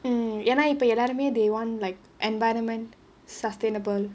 hmm என்ன இப்போ எல்லாருமே:enna ippo ellaarumae they want like environment sustainable